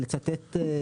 לצטט,